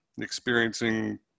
experiencing